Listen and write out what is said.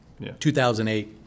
2008